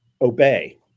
obey